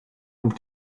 und